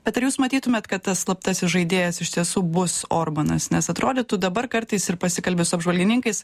bet ar jūs matytumėt kad tas slaptasis žaidėjas iš tiesų bus orbanas nes atrodytų dabar kartais ir pasikalbi su apžvalgininkais